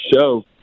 show